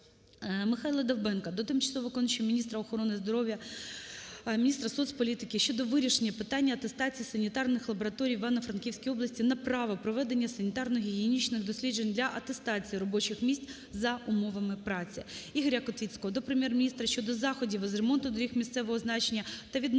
Михайла Довбенка до тимчасово виконуючої обов'язки міністра охорони здоров'я, міністра соцполітики щодо вирішення питання атестації санітарних лабораторій в Івано-Франківській області на право проведення санітарно-гігієнічних досліджень для атестації робочих місць за умовами праці. Ігоря Котвіцького до Прем'єр-міністра щодо заходів із ремонту доріг місцевого значення та відновлення